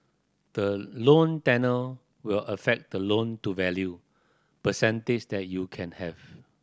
the loan tenure will affect the loan to value percentage that you can have